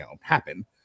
happen